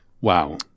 Wow